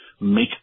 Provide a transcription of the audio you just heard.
make